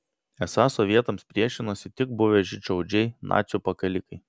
esą sovietams priešinosi tik buvę žydšaudžiai nacių pakalikai